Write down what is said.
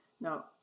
now